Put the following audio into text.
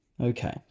okay